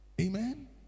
Amen